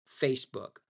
Facebook